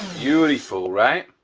beautiful, right?